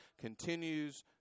continues